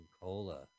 cola